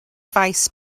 faes